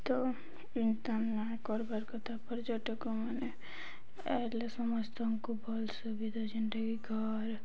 ତ ଏନ୍ତା ନାଇଁ କର୍ବାର୍ କଥା ପର୍ଯ୍ୟଟକ ମାନେ ଆଇଲେ ସମସ୍ତଙ୍କୁ ଭଲ ସୁବିଧା ଯେନ୍ତାକି ଘର୍